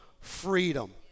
freedom